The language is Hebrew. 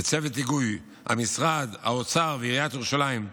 בצוות היגוי של המשרד, האוצר ועיריית ירושלים,